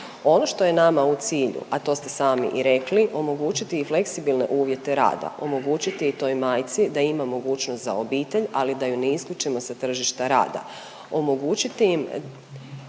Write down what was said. Ono što je nama u cilju, a to ste sami i rekli, omogućiti fleksibilne uvjete rada, omogućiti toj majci da ima mogućnost za obitelj, ali da ju ne isključimo sa tržišta rada,